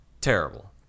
Terrible